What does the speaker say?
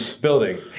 building